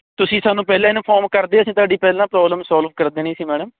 ਤੁਸੀਂ ਸਾਨੂੰ ਪਹਿਲਾਂ ਇਨਫੋਰਮ ਕਰਦੇ ਅਸੀਂ ਤੁਹਾਡੀ ਪਹਿਲਾਂ ਪ੍ਰੋਬਲਮ ਸੋਲਵ ਕਰ ਦੇਣੀ ਸੀ ਮੈਡਮ